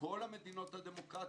בכל המדינות הדמוקרטיות,